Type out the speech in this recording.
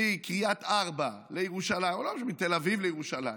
מקריית ארבע לירושלים או מתל אביב לירושלים,